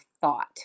thought